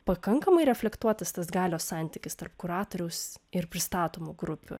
pakankamai reflektuotas tas galios santykis tarp kuratoriaus ir pristatomų grupių